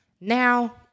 Now